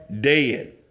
dead